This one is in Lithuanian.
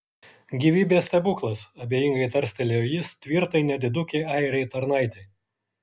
gyvybės stebuklas abejingai tarstelėjo jis tvirtai nedidukei airei tarnaitei